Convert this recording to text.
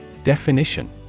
Definition